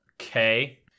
Okay